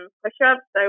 push-ups